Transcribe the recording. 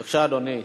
בבקשה, אדוני.